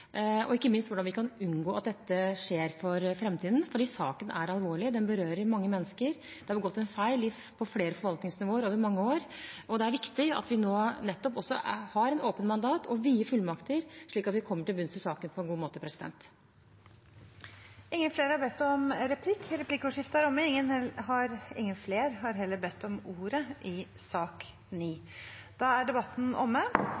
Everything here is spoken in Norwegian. og ikke minst hvordan vi kan unngå at dette skjer i framtiden. Saken er alvorlig, den berører mange mennesker, det er begått en feil i flere forvaltningsnivåer over mange år, og det er viktig at vi nå har et åpent mandat og vide fullmakter slik at vi kommer til bunns i saken på en god måte. Replikkordskiftet er omme. Flere har ikke bedt om ordet til sak nr. 9. Stortinget er da klar til å gå til votering. Under debatten er det satt frem i